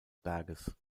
berges